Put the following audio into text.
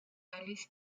alice